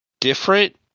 Different